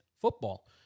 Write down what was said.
football